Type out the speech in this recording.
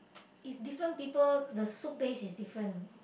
is different people the soup base is different